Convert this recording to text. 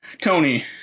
Tony